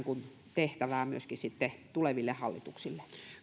tehtävää myöskin sitten tuleville hallituksille